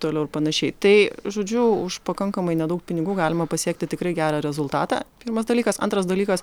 toliau ir panašiai tai žodžiu už pakankamai nedaug pinigų galima pasiekti tikrai gerą rezultatą pirmas dalykas antras dalykas